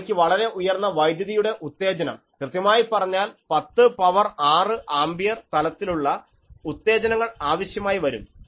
അവയ്ക്ക് വളരെ ഉയർന്ന വൈദ്യുതിയുടെ ഉത്തേജനം കൃത്യമായി പറഞ്ഞാൽ 10 പവർ 6 ആംപിയർ തലത്തിലുള്ള ഉത്തേജനങ്ങൾ ആവശ്യമായിവരും